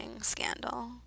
Scandal